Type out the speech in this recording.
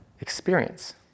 experience